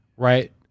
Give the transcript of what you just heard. Right